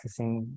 accessing